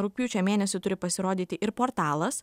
rugpjūčio mėnesį turi pasirodyti ir portalas